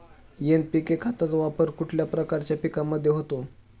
NPK खताचा वापर कुठल्या प्रकारच्या पिकांमध्ये होतो?